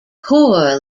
corps